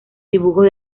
dibujos